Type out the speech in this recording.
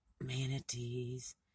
manatees